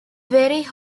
very